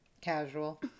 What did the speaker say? Casual